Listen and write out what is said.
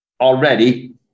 already